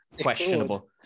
questionable